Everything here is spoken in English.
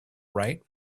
right